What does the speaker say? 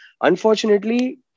Unfortunately